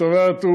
זאת אומרת,